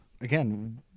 again